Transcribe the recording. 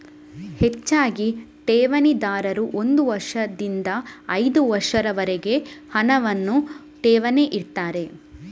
ಹೆಚ್ಚಾಗಿ ಠೇವಣಿದಾರರು ಒಂದು ವರ್ಷದಿಂದ ಐದು ವರ್ಷಗಳವರೆಗೆ ಹಣವನ್ನ ಠೇವಣಿ ಇಡ್ತಾರೆ